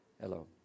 Hello